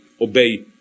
obey